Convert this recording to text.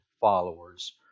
followers